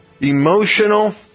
emotional